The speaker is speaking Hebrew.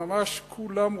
ממש כולם רוצים,